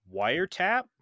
wiretap